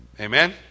Amen